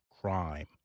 crime